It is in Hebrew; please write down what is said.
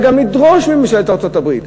וגם לדרוש מממשלת ארצות-הברית?